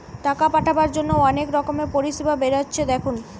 টাকা পাঠাবার জন্যে অনেক রকমের পরিষেবা বেরাচ্ছে দেখুন